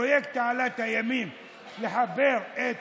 פרויקט תעלת הימים לחבר את